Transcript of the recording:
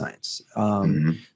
science